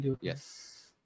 Yes